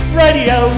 radio